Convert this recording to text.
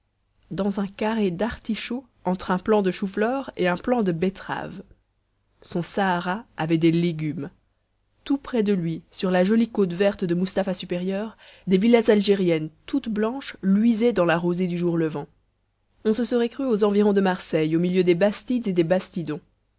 dans un carré d'artichauts entre un plant de choux-fleurs et un plant de betteraves son sahara avait des légumes tout près de lui sur la jolie côte verte de mustapha supérieur des villas algériennes toutes blanches luisaient dans la rosée du jour levant on se serait cru aux environs de marseille au milieu des bastides et des bastidons